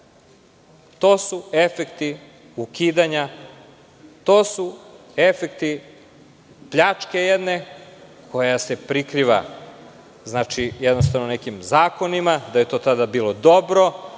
30.To su efekti ukidanja, to su efekti jedne pljačke koja se prikriva jednostavno nekim zakonima, da je to tada bilo dobro,